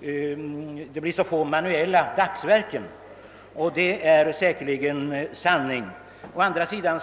personer och att antalet dagsverken därför blir lågt. Detta var säkerligen tidigare riktigt.